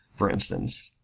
for instance,